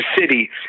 City